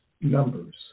Numbers